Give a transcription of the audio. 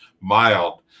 mild